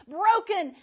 broken